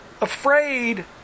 afraid